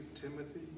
Timothy